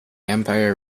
empire